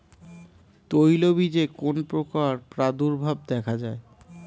তৈলবীজে কোন পোকার প্রাদুর্ভাব দেখা যায়?